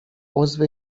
عضو